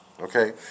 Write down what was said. Okay